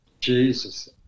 Jesus